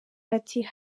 ati